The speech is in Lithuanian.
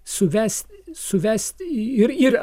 suvest suvest ii ir ir